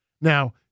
Now